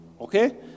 Okay